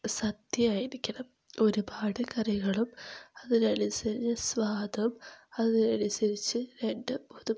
സദ്യയായിരിക്കണം ഒരുപാട് കറികളും അതിനനുസരിച്ച് സ്വാദും അതിനനുസരിച്ച് രണ്ടും മൂന്നും